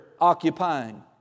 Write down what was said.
occupying